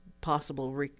possible